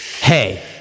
Hey